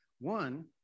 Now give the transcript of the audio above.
One